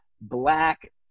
black